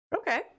Okay